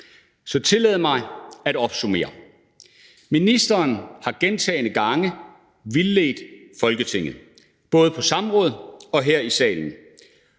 Så tillad mig at opsummere: Ministeren har gentagne gange vildledt Folketinget både på samråd og her i salen,